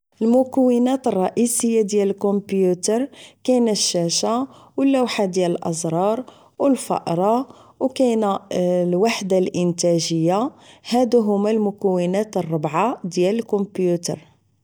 المكونات الرئيسية ديال الكومبيوتر كاينة الشاشة و اللوحة ديال الازرار و الفأرة و كاينة الوحدة الانتاجية هادو ما المكونات الريعة دياب الكومبيوتر